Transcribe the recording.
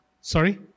sorry